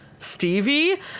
Stevie